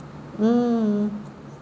mm